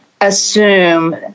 assume